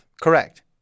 Correct